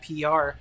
PR